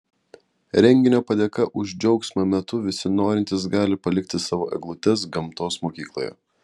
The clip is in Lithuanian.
renginio padėka už džiaugsmą metu visi norintys gali palikti savo eglutes gamtos mokykloje